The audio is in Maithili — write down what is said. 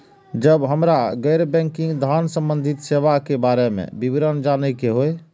जब हमरा गैर बैंकिंग धान संबंधी सेवा के बारे में विवरण जानय के होय?